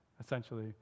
essentially